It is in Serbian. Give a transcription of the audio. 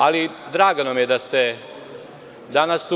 Ali, drago nam je da ste danas tu.